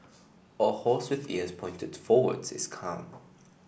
a horse with ears pointed forwards is calm